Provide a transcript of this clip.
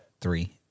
Three